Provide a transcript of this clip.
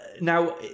now